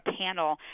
panel